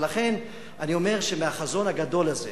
ולכן אני אומר שמהחזון הגדול הזה